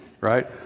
right